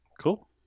Cool